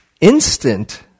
instant